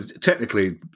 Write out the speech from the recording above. Technically